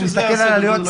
אני מסתכל על עלויות,